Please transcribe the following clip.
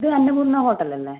ഇത് അന്നപൂർണ്ണ ഹോട്ടൽ അല്ലേ